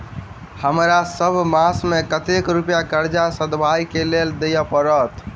हमरा सब मास मे कतेक रुपया कर्जा सधाबई केँ लेल दइ पड़त?